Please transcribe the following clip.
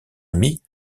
amie